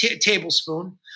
Tablespoon